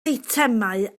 eitemau